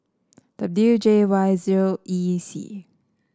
W J Y zero E C